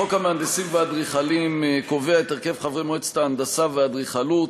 חוק המהנדסים והאדריכלים קובע את הרכב מועצת ההנדסה והאדריכלות.